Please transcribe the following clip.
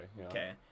okay